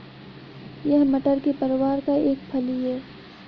यह मटर के परिवार का एक फली है